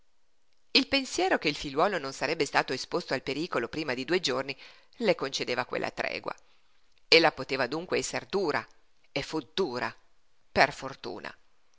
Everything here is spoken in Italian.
il pensiero che il figliuolo non sarebbe stato esposto al pericolo prima di due giorni le concedeva quella tregua ella poteva dunque esser dura e fu dura per fortuna